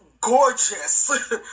gorgeous